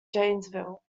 janesville